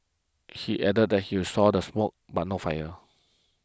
he added that he'll saw the smoke but no fire